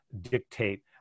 dictate